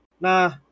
Nah